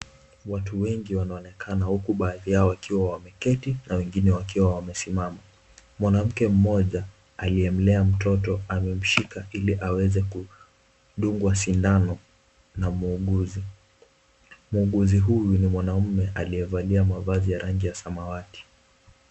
Watu wengi wanaonekana huku baadhi yao wakiwa wameketi, wengine wakiwa wamesimama. Mwanamke mmoja amemlea mtoto ili aweze kudungwa sindano na muuguzi. Muuguzi huyu ni mwanamme aliyevalia mavazi ya rangi ya samawati.